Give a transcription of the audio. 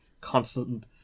constant